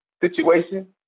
situation